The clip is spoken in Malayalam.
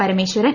പരമേശ്വരൻ